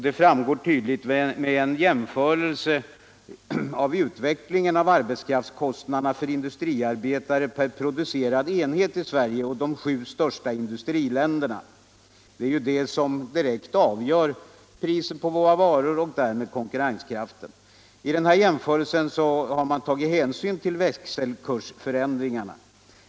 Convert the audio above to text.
Den framgår tydligt vid en jämförelse av utvecklingen av arbetskraftskostnaderna för industriarbetare per producerad enhet i Sverige och de sju största industriländerna, Det är dessa kostnader som direkt avgör priset på våra varor och därmed konkurrenskraften. I den här jämförelsen har man tagit hänsyn till växelkursförändringarna.